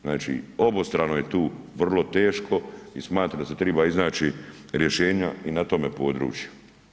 Znači, obostrano je tu vrlo teško i smatram da se treba iznaći rješenja i na tome području.